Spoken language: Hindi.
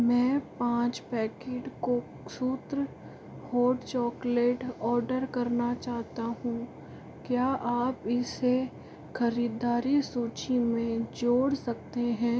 मैं पाँच पैकिट कोकसूत्र होट चॉकलेट ऑर्डर करना चाहता हूँ क्या आप इसे खरीददारी सूचि में जोड़ सकते हैं